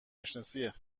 نشناسیه